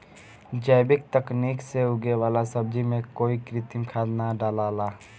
जैविक तकनीक से उगे वाला सब्जी में कोई कृत्रिम खाद ना डलाला